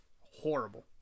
horrible